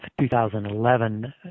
2011